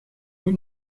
moet